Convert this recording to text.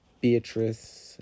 Beatrice